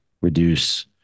reduce